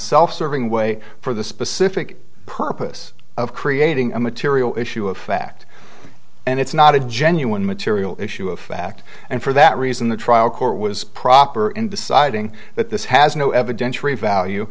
self serving way for the specific purpose of creating a material issue of fact and it's not a genuine material issue a fact and for that reason the trial court was proper in deciding that this has no eviden